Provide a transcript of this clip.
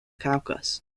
caucus